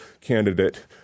candidate